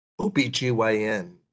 OBGYN